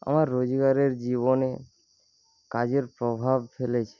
আমার রোজগারের জীবনে কাজের প্রভাব ফেলেছে